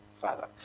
Father